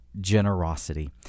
generosity